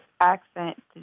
accent